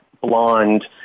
blonde